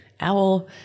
Owl